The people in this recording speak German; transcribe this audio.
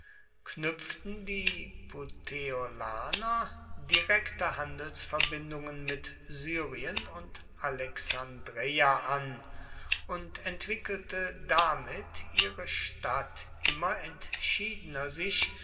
knüpften die puteolaner direkte handelsverbindungen mit syrien und alexandreia an und entwickelte damit ihre stadt immer entschiedener sich